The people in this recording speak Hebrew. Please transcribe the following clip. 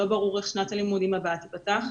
לא ברור איך שנת הלימודים הבאה תיפתח.